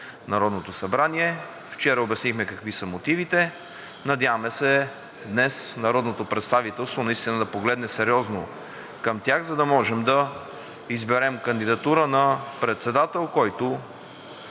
Народното събрание. Вчера обяснихме какви са мотивите. Надяваме се днес народното представителство наистина да погледне сериозно към тях, за да може да изберем кандидатура на председател, който